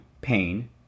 Pain